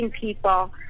people